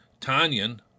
tanyan